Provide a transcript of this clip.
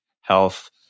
health